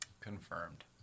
Confirmed